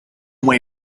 way